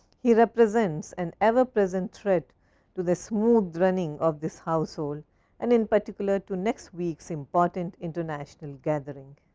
he represents an ever present threat to the smooth running of this household and in particular to next week's important international gatherings